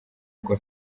rwa